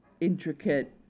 intricate